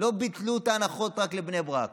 לא ביטלו את ההנחות רק לבני ברק